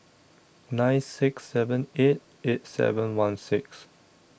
nine six seven eight eight seven one six